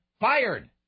Fired